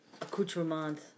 accoutrement